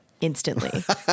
instantly